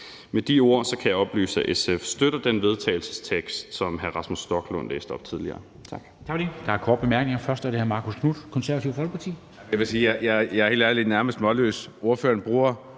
Med de ord kan jeg oplyse, at SF støtter den vedtagelsestekst, som hr. Rasmus Stoklund læste op tidligere.